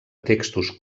textos